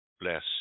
bless